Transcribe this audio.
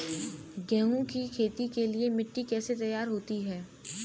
गेहूँ की खेती के लिए मिट्टी कैसे तैयार होती है?